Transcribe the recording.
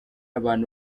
abantu